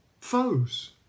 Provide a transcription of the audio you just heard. foes